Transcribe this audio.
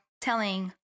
telling